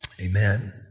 Amen